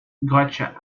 gotcha